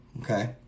okay